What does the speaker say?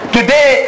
Today